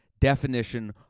definition